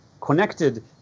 connected